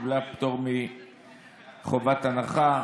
קיבלה פטור מחובת הנחה.